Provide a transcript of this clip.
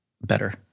better